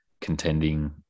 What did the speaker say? contending